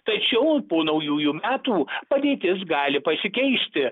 tačiau po naujųjų metų padėtis gali pasikeisti